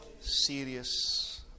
serious